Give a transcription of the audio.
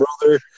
brother